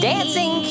Dancing